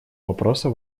вопроса